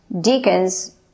deacons